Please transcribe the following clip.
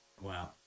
Wow